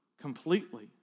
completely